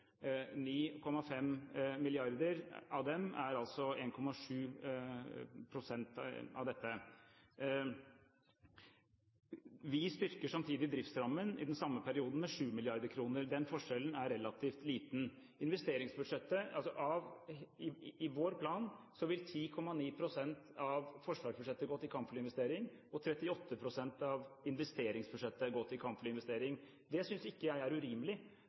9,5 mrd. kr av dem er altså 1,7 pst. av dette. Vi styrker samtidig driftsrammen i den samme perioden med 7 mrd. kr. Den forskjellen er relativt liten. I vår plan vil 10,9 pst. av forsvarsbudsjettet gå til kampflyinvestering, og 38 pst. av investeringsbudsjettet vil gå til kampflyinvestering. Det synes ikke jeg er urimelig.